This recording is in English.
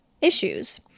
issues